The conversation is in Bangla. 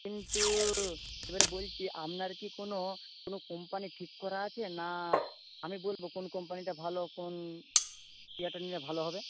কিন্তু এবারে বলছি আপনার কি কোনো কোনো কোম্পানি ঠিক করা আছে না আমি বলব কোন কোম্পানিটা ভালো কোন ইয়েটা নিলে ভালো হবে